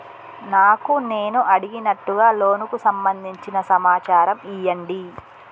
నాకు నేను అడిగినట్టుగా లోనుకు సంబందించిన సమాచారం ఇయ్యండి?